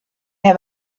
have